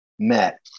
met